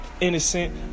innocent